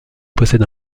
possède